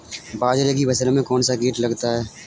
बाजरे की फसल में कौन सा कीट लगता है?